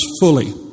fully